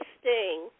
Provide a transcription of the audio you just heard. Sting*